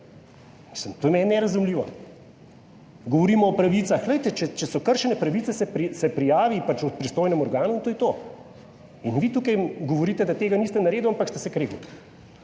to je meni nerazumljivo. Govorimo o pravicah, glejte, če so kršene pravice se prijavi pristojnem organu in to je to. In vi tukaj govorite, da tega niste naredil ampak ste se kregali,